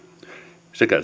sekä